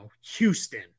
Houston